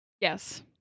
Yes